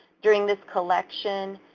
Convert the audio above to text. during this collection,